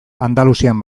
andaluzian